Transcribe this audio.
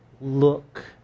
look